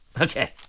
Okay